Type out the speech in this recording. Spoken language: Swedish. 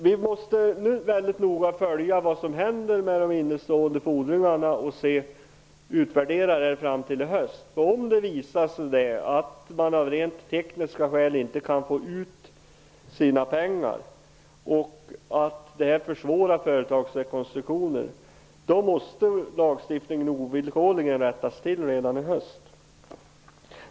Vi måste mycket noga följa vad som händer med de innestående fordringarna och göra en utvärdering i höst. Om det visar sig att man av rent tekniska skäl inte kan få ut sina pengar och att företagsrekonstruktioner försvåras, måste lagstiftningen ovillkorligen rättas till redan i höst.